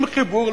עם חיבור,